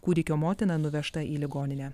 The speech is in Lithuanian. kūdikio motina nuvežta į ligoninę